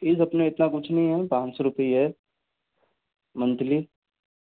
fees अपना इतना कुछ भी नहीं ही है पाँच सौ रुपए ही है मंथली